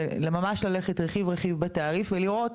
זה ממש ללכת רכיב רכיב בתעריף ולראות.